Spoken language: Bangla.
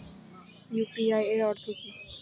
ইউ.পি.আই এর অর্থ কি?